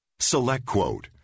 SelectQuote